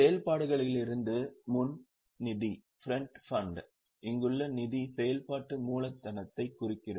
செயல்பாடுகளிலிருந்து முன் நிதி இங்குள்ள நிதி செயல்பாட்டு மூலதனத்தைக் குறிக்கிறது